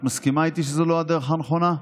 את מסכימה איתי שזו לא הדרך הנכונה?